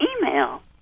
email